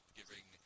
giving